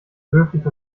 höflich